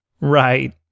Right